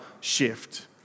shift